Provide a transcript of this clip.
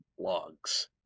blogs